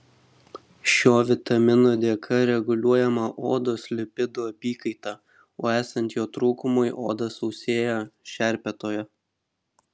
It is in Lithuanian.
šio vitamino dėka reguliuojama odos lipidų apykaita o esant jo trūkumui oda sausėja šerpetoja